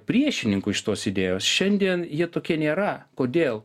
priešininkų šitos idėjos šiandien jie tokie nėra kodėl